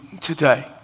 today